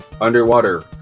Underwater